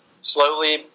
slowly